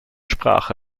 sprache